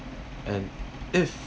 and if